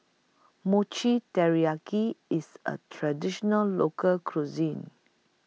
Mochi Taiyaki IS A Traditional Local Cuisine